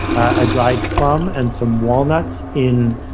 a dried plum, and some walnuts in